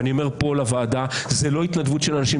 אני אומר פה לוועדה: זה לא התנדבות של אנשים.